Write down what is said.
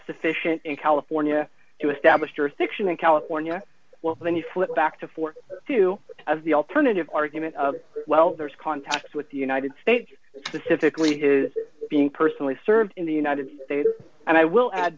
sufficient in california to establish jurisdiction in california when you flip back to forty two of the alternative argument of well there's contact with the united states specifically his being personally served in the united states and i will add